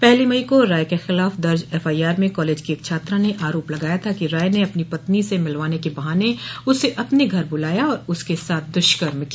पहली मई को राय के खिलाफ दर्ज एफआईआर में कॉलेज की एक छात्रा ने आरोप लगाया था कि राय ने अपनी पत्नी से मिलवाने के बहाने उसे अपने घर बुलाया और उसके साथ दुष्कर्म किया